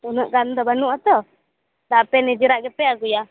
ᱩᱱᱟ ᱜ ᱜᱟᱱᱫᱚ ᱵᱟ ᱱᱩᱜ ᱟᱛᱚ ᱵᱟᱨᱯᱮ ᱱᱤᱡᱮᱨᱟᱜ ᱜᱮᱯᱮ ᱟᱹᱜᱩᱭᱟ